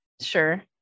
Sure